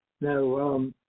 No